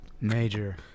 major